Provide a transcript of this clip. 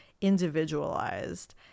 individualized